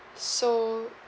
so